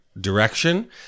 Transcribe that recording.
direction